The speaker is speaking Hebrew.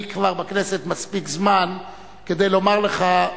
אני כבר בכנסת מספיק זמן כדי לומר לך,